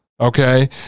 Okay